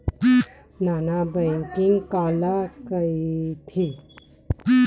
Non banking काला कइथे?